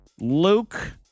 Luke